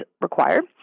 required